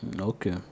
Okay